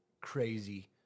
crazy